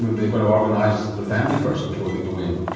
know, they've got to organise their family first before they go in.